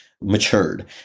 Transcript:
matured